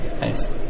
nice